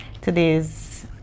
today's